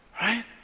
right